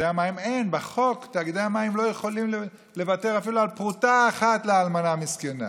בחוק תאגידי המים לא יכולים לוותר אפילו על פרוטה אחת לאלמנה המסכנה.